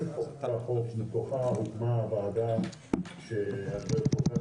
החוק מתוכו הוקמה הוועדה שהשופטת פרוקצ'יה